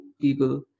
people